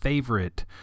favorite